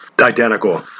identical